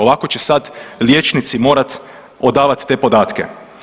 Ovako će sad liječnici morati odavati te podatke.